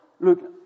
Look